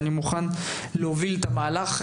ואני מוכן להוביל את המהלך,